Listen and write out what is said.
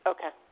Okay